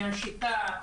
מהשיטה,